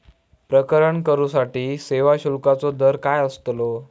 प्रकरण करूसाठी सेवा शुल्काचो दर काय अस्तलो?